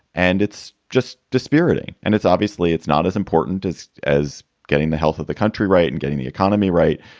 and it's just dispiriting. and it's obviously it's not as important as as getting the health of the country right and getting the economy right.